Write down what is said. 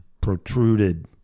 protruded